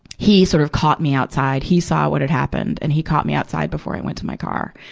he sort of caught me outside. he saw what had happened. and he caught me outside before i went to my car.